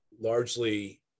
largely